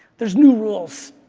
there's new rules.